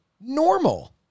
normal